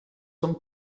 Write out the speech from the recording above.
zum